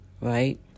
right